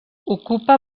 ocupa